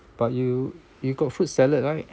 but you you got food salad right